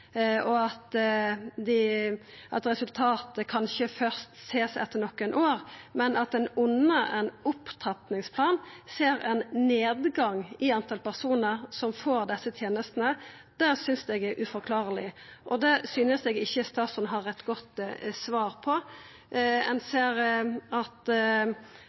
og at resultatet kan sjåast fyrst etter nokre år, men at ein under ein opptrappingsplan ser ein nedgang i talet på personar som får desse tenestene, synest eg er uforklarleg. Det synest eg ikkje statsråden har eit godt svar på. Ein